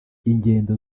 ingendo